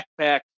backpack